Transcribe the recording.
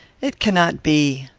it cannot be.